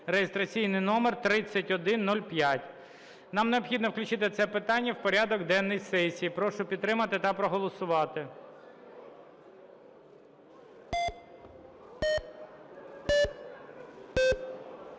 (реєстраційний номер 3105) Нам необхідно включити це питання в порядок денний сесії. Прошу підтримати та проголосувати. 17:50:35